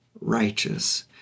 righteous